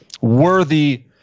worthy